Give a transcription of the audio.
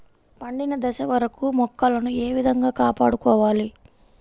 పండిన దశ వరకు మొక్కలను ఏ విధంగా కాపాడుకోవాలి?